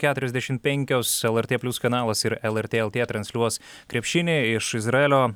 keturiasdešim penkios lrt plius kanalas ir lrt lt transliuos krepšinį iš izraelio